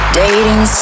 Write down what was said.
dating